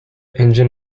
engine